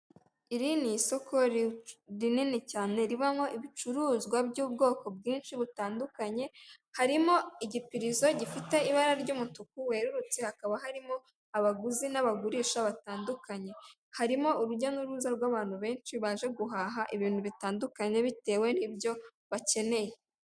Iri ni isoko rinini cyane ribamo ibicuruzwa by'ubwoko bwinshi butandukanye, harimo igipirizo gifite ibara ry'umutuku werurutse, hakaba harimo abaguzi n'abagurisha batandukanye, harimo urujya n'uruza rw'abantu benshi baje guhaha ibintu bitandukanye bitewe n'ibyo bakeneye.